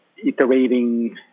iterating